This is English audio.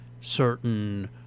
certain